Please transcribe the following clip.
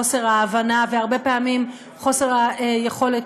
את חוסר ההבנה והרבה פעמים את חוסר היכולת